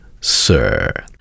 Sir